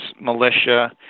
militia